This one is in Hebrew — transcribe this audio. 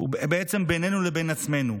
בעצם בינינו לבין עצמנו,